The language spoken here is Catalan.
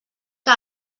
que